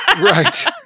Right